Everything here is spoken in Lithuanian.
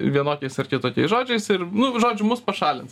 vienokiais ar kitokiais žodžiais ir nu žodžiu mus pašalins